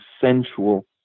sensual